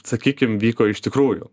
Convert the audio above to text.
sakykim vyko iš tikrųjų